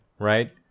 right